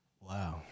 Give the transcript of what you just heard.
Wow